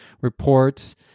reports